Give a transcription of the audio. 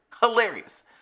Hilarious